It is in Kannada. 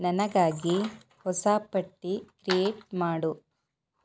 ನನಗಾಗಿ ಹೊಸ ಪಟ್ಟಿ ಕ್ರಿಯೇಟ್ ಮಾಡು